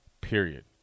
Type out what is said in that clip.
Period